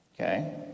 Okay